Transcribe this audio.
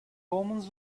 omens